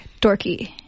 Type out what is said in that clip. dorky